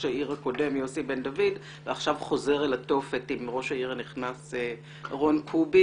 העיר הקודם יוסי בן דוד ועכשיו חוזר אל התופת עם ראש העיר הנכנס רון קובי